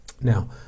Now